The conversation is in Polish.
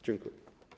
Dziękuję.